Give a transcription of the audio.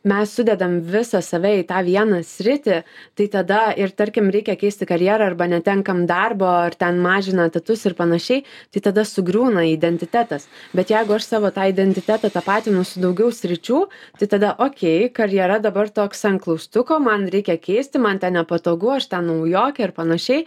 mes sudedam visą save į tą vieną sritį tai tada ir tarkim reikia keisti karjerą arba netenkam darbo ar ten mažina etatus ir panašiai tai tada sugriūna identitetas bet jeigu aš savo tą identitetą tapatinu su daugiau sričių tai tada okei karjera dabar toks ant klaustuko man reikia keisti man ten nepatogu aš ten naujokė ir panašiai